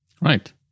Right